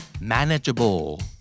manageable